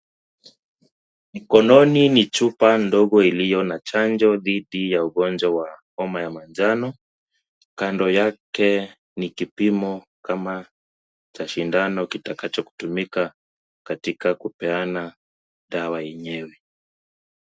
Mkononi ni chupa ndogo iliyo na chanjo dhidi ya ugonjwa wa homa ya manjano, kando yake ni kipimo kama cha sindano kitakacho kutumika katika kupeana dawa yenyewe.